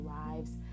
lives